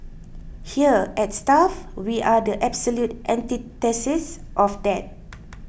here at stuff we are the absolute antithesis of that